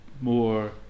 more